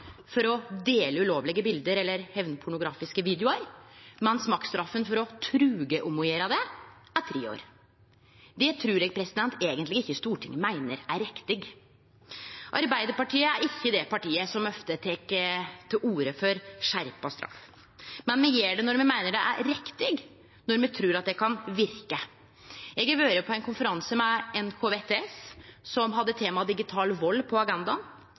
for å dele ulovlege bilde eller hemnpornografiske videoar, mens maksimumsstraffa for å truge om å gjere det, er tre år. Det trur eg eigentleg ikkje Stortinget meiner er riktig. Arbeidarpartiet er ikkje det partiet som ofte tek til orde for skjerpa straff, men me gjer det når me meiner det er riktig, når me trur at det kan verke. Eg har vore på ein konferanse med Nasjonalt kompetansesenter om vold og traumatisk stress, NKVTS, som hadde temaet digital vald på